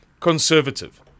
conservative